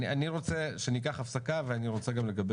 אני רוצה שניקח הפסקה ואני רוצה גם לקבל